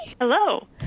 Hello